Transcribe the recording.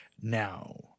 Now